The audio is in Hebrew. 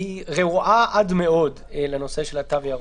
היא רעועה עד מאוד לנושא של התו הירוק.